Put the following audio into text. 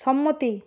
সম্মতি